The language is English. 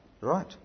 Right